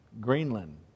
Greenland